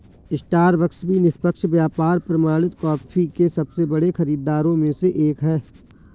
Starbucks भी निष्पक्ष व्यापार प्रमाणित कॉफी के सबसे बड़े खरीदारों में से एक है